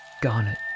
Garnet